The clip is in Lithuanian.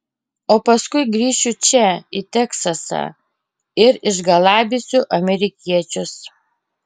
o paskui grįšiu čia į teksasą ir išgalabysiu amerikiečius